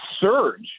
surge